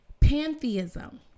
Pantheism